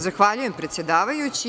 Zahvaljujem, predsedavajući.